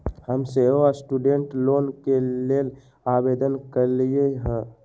हम सेहो student loan के लेल आवेदन कलियइ ह